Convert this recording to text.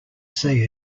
say